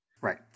right